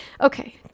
okay